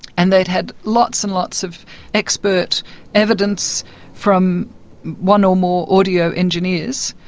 and they'd had lots and lots of expert evidence from one or more audio engineers,